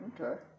Okay